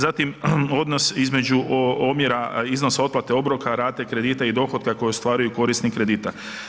Zatim odnos između omjera odnosa iznosa otplate obroka rate kredita i dohotka koju ostvaruje korisnik kredita.